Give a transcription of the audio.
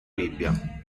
bibbia